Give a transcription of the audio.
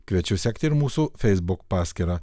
kviečiu sekti ir mūsų feisbuk paskyrą